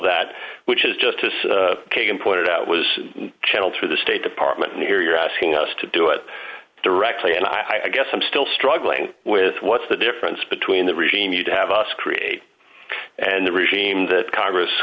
that which is justice kagan pointed out was channeled through the state department and here you're asking us to do it directly and i guess i'm still struggling with what's the difference between the regime you'd have us create and the regime that congress